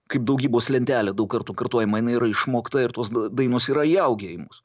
kaip daugybos lentelė daug kartų kartoji man jinai yra išmokta ir tos dainos yra įaugę į mus